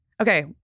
Okay